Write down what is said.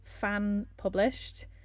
fan-published